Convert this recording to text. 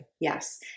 Yes